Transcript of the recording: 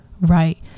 right